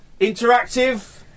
interactive